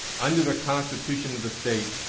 under the constitution of the state,